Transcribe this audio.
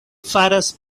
faras